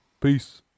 Peace